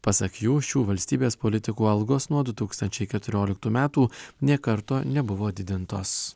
pasak jų šių valstybės politikų algos nuo du tūkstančiai keturioliktų metų nė karto nebuvo didintos